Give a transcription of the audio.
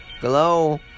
hello